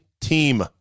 team